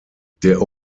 der